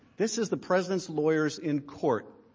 this is the president's lawyers in court.